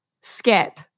skip